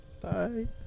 Bye